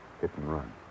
Hit-and-run